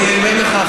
אני אענה לך,